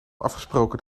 afgesproken